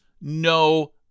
no